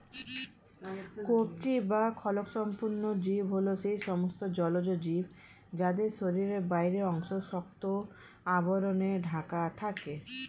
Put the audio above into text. কবচী বা খোলকসম্পন্ন জীব হল সেই সমস্ত জলজ জীব যাদের শরীরের বাইরের অংশ শক্ত আবরণে ঢাকা থাকে